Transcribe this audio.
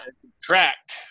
Subtract